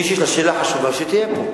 מי שיש לה שאלה חשובה, שתהיה פה.